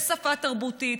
יש שפה תרבותית,